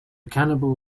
cannibal